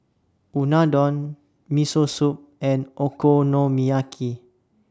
Unadon Miso Soup and Okonomiyaki